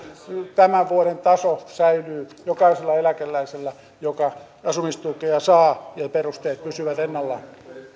tämän vuoden taso säilyy jokaisella eläkeläisellä joka asumistukea saa ja perusteet pysyvät ennallaan